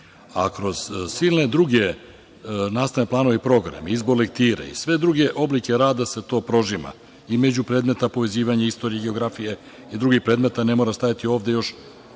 a kroz silne druge nastavne planove i progrme, izbor lektire i sve druge oblike rada se to prožima i međupredmetno povezivanje istorije i geografije i drugih predmeta ne mora stajati ovde još